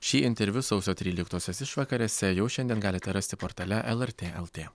šį interviu sausio tryliktosios išvakarėse jau šiandien galite rasti portale lrt lt